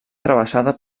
travessada